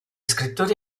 scrittori